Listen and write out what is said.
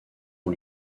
ont